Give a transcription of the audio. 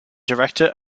director